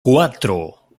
cuatro